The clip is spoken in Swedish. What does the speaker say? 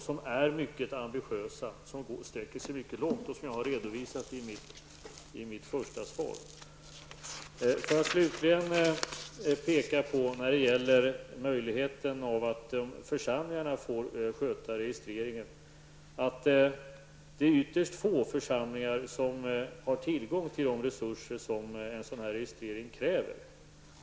De är mycket ambitiösa och sträcker sig mycket långt, vilket jag har redovisat i mitt första svar. Slutligen vill jag, när det gäller möjligheten för församlingarna att sköta registreringen, påpeka att det är ytterst få församlingar som har tillgång till de resurser som en sådan registrering kräver.